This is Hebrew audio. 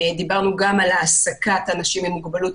דיברנו גם על העסקת אנשים עם מוגבלות